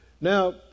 Now